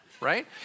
Right